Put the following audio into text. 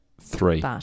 Three